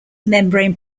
membrane